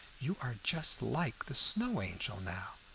you are just like the snow angel now.